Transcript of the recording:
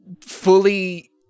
fully